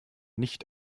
nicht